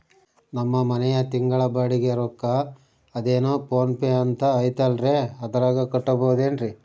ನಮ್ಮ ಮನೆಯ ತಿಂಗಳ ಬಾಡಿಗೆ ರೊಕ್ಕ ಅದೇನೋ ಪೋನ್ ಪೇ ಅಂತಾ ಐತಲ್ರೇ ಅದರಾಗ ಕಟ್ಟಬಹುದೇನ್ರಿ?